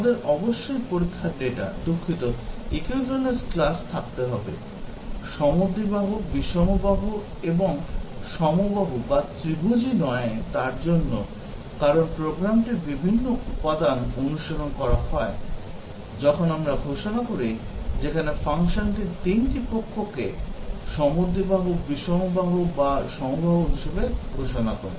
আমাদের অবশ্যই পরীক্ষার ডেটা দুঃখিত equivalence class থাকতে হবে সমদ্বিবাহু বিষমবাহু এবং সমবাহু বা ত্রিভুজই নয় তার জন্য কারণ প্রোগ্রামটির বিভিন্ন উপাদান অনুশীলন করা হয় যখন আমরা ঘোষণা করি যেখানে ফাংশনটি 3 টি পক্ষকে সমদ্বিবাহু বিষমবাহু বা সমবাহু হিসাবে ঘোষণা করে